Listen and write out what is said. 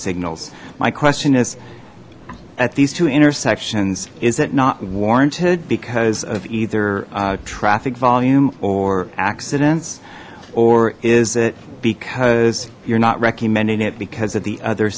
signals my question is at these two intersections is it not warranted because of either traffic volume or accidents or is it because you're not recommending it because of the other